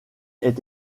est